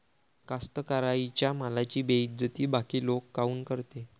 कास्तकाराइच्या मालाची बेइज्जती बाकी लोक काऊन करते?